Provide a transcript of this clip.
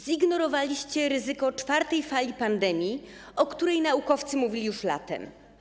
Zignorowaliście ryzyko czwartej fali pandemii, o której naukowcy mówili już latem.